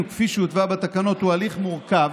כפי שהותווה בתקנות הוא הליך מורכב,